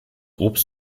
obst